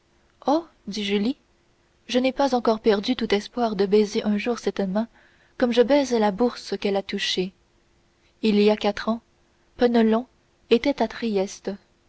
dit julie je n'ai pas encore perdu tout espoir de baiser un jour cette main comme je baise la bourse qu'elle a touchée il y a quatre ans penelon était à trieste